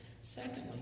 Secondly